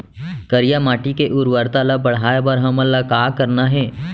करिया माटी के उर्वरता ला बढ़ाए बर हमन ला का करना हे?